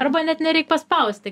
arba net nereik paspausti